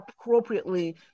appropriately